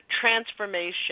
transformation